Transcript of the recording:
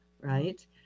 right